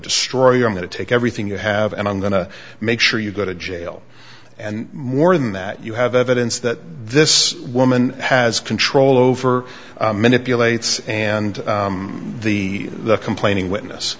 destroy you i'm going to take everything you have and i'm going to make sure you go to jail and more than that you have evidence that this woman has control over manipulates and the the complaining witness